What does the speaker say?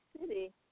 City